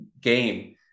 game